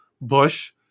Bush